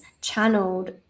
channeled